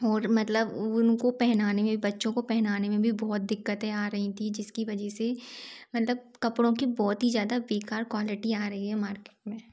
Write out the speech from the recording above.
और मतलब उनको पहनाने में बच्चों को पहनाने में भी बहुत दिक्कतें आ रही थीं जिसकी वजह से मतलब कपड़ों की बहुत ही ज़्यादा बेकार क्वालिटी आ रही है मार्केट में